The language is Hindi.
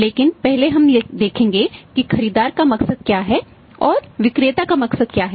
लेकिन पहले हम देखेंगे कि खरीदार का मकसद क्या है और विक्रेता का मकसद क्या है